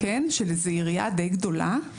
של איזה עירייה די גדולה.